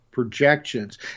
Projections